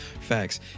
Facts